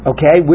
Okay